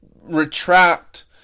retract